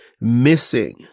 missing